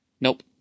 Nope